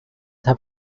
have